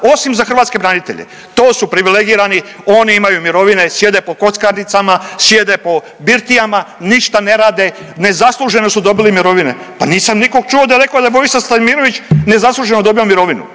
osim za hrvatske branitelje, to su privilegirani, oni imaju mirovine, sjede po kockarnicama, sjede po birtijama, ništa ne rade, nezasluženo su dobili mirovine, pa nisam nikog čuo da je neko rekao da je Vojimir Stanimirović nezasluženo dobio mirovinu,